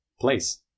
place